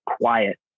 quiet